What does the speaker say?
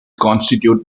constitute